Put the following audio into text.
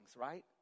right